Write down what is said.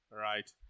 right